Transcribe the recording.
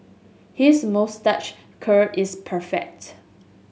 his moustache curl is perfect